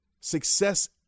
success